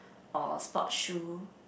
or sports shoe